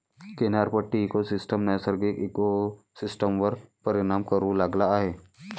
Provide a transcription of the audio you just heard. किनारपट्टी इकोसिस्टम नैसर्गिक इकोसिस्टमवर परिणाम करू लागला आहे